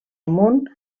amunt